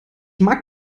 mag